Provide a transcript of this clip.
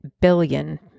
billion